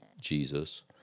Jesus